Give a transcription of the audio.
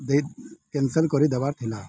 ଦେଇ କ୍ୟାନ୍ସେଲ କରିଦବାର ଥିଲା